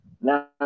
now